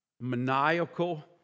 maniacal